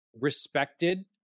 respected